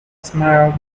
smiled